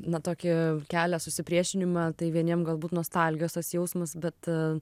na tokį kelia susipriešinimą tai vieniem galbūt nostalgijos tas jausmas bet